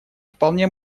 вполне